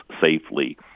safely